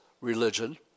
religion